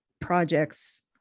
projects